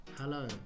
Hello